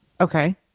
Okay